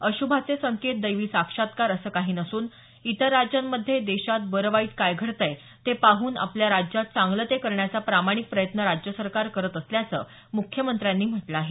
अश्भाचे संकेत दैवी साक्षात्कार असं काही नसून इतर राज्यांमध्ये देशात बरं वाईट काय घडतय ते पाहून आपल्या राज्यात चांगलं ते करण्याचा प्रामाणिक प्रयत्न राज्य सरकार करत असल्याचं मुख्यमंत्र्यांनी म्हटलं आहे